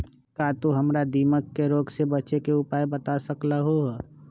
का तू हमरा दीमक के रोग से बचे के उपाय बता सकलु ह?